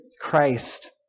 Christ